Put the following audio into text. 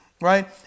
right